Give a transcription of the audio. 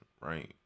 right